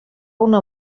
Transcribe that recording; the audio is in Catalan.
una